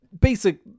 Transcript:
basic